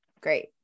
great